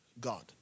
God